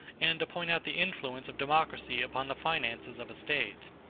and to point out the influence of democracy upon the finances of a state.